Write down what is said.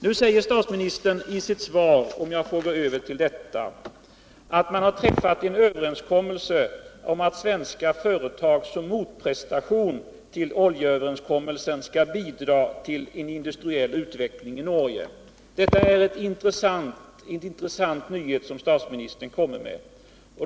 Nu säger statsministern i sitt svar att man träffat en överenskommelse om att svenska företag som motprestation till oljeöverenskommelsen skall bidra till en industriell utveckling i Norge. Detta är en intressant nyhet som statsministern kommer med.